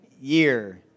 year